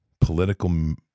political